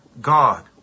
god